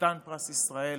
חתן פרס ישראל,